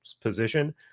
position